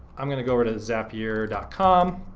i'm gonna go over to zapier com,